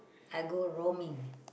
I go roaming